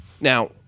Now